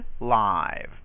live